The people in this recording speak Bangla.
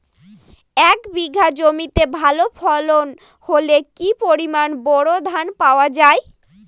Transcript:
এক বিঘা জমিতে ভালো ফলন হলে কি পরিমাণ বোরো ধান পাওয়া যায়?